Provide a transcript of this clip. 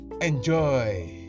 enjoy